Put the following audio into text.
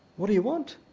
what do you want?